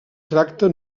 tracta